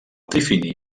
trifini